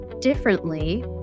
differently